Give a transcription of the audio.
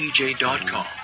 DJ.com